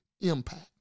impact